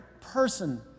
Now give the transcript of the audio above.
person